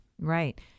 Right